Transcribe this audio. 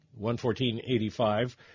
114.85